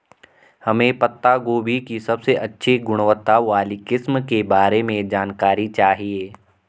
हमें पत्ता गोभी की सबसे अच्छी गुणवत्ता वाली किस्म के बारे में जानकारी चाहिए?